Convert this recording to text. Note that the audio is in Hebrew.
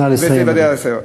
נא לסיים.